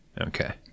Okay